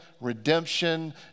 redemption